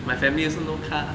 my family also no car